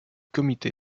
comité